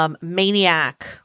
Maniac